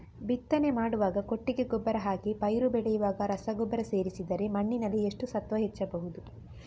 ಬಿತ್ತನೆ ಮಾಡುವಾಗ ಕೊಟ್ಟಿಗೆ ಗೊಬ್ಬರ ಹಾಕಿ ಪೈರು ಬೆಳೆಯುವಾಗ ರಸಗೊಬ್ಬರ ಸೇರಿಸಿದರೆ ಮಣ್ಣಿನಲ್ಲಿ ಎಷ್ಟು ಸತ್ವ ಹೆಚ್ಚಬಹುದು?